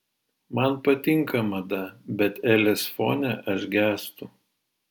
man patinka mada bet elės fone aš gęstu